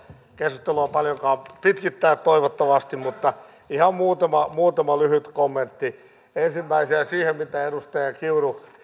keskustelua paljonkaan pitkittää toivottavasti mutta ihan muutama muutama lyhyt kommentti ensimmäisenä siihen mitä edustaja kiuru